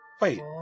Wait